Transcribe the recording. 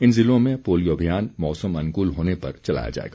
इन जिलों में पोलियो अभियान मौसम अनुकूल होने पर चलाया जाएगा